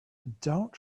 don’t